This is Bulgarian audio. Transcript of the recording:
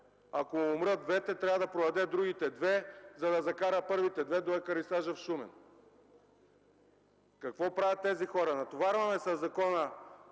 Ако умрат двете, трябва да продаде другите две, за да закара първите две до екарисажа в Шумен. Какво правят тези хора?! Натоварваме със закона